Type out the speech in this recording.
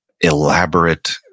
elaborate